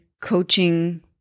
coaching